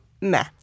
meh